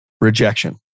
Rejection